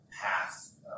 path